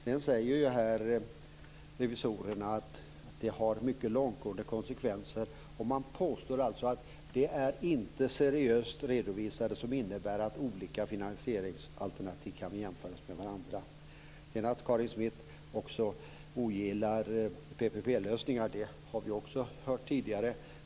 Revisorerna säger att det blir långtgående konsekvenser. Man påstår att detta inte är seriöst redovisat, dvs. olika finansieringsalternativ kan inte jämföras med varandra. Vi har också tidigare hört att Karin Svensson Smith ogillar PPP-lösningar.